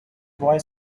boy